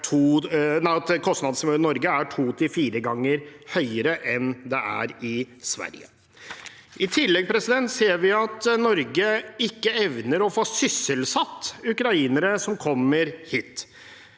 at kostnadsnivået i Norge er to til fire ganger høyere enn det er i Sverige. I tillegg ser vi at Norge ikke evner å få sysselsatt ukrainere som kommer hit.